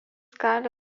gali